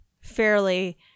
fairly